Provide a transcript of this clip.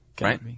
Right